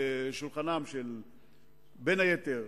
בין היתר,